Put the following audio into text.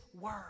word